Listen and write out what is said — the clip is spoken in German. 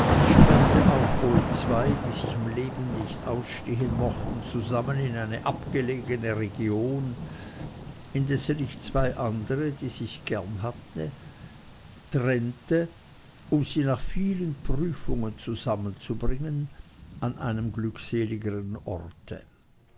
sperrte auch wohl zwei die sich im leben nicht ausstehen mochten zusammen in eine abgelegene region indessen ich zwei andere die sich gern hatten trennte um sie nach vielen prüfungen zusammenzubringen an einem glückseligern orte